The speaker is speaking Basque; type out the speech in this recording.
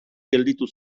gelditu